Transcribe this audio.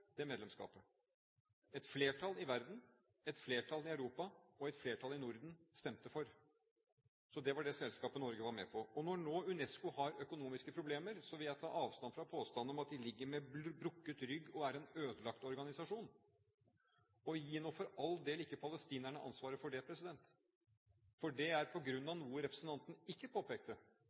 det medlemskapet – et flertall i verden, et flertall i Europa og et flertall i Norden stemte for. Så det var det selskapet Norge var med i. Og når UNESCO nå har økonomiske problemer, vil jeg ta avstand fra påstanden om at de ligger med «brukket rygg» og er en «ødelagt» organisasjon. Og gi nå for all del ikke palestinerne ansvaret for det, for det er på grunn av noe representanten ikke påpekte,